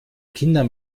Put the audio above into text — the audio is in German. kinder